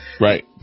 right